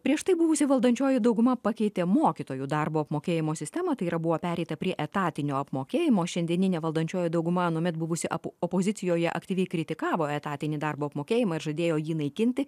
prieš tai buvusi valdančioji dauguma pakeitė mokytojų darbo apmokėjimo sistemą tai yra buvo pereita prie etatinio apmokėjimo šiandieninė valdančioji dauguma anuomet buvusi apu opozicijoje aktyviai kritikavo etatinį darbo apmokėjimą ir žadėjo jį naikinti